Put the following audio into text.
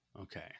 Okay